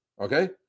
okay